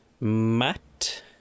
Matt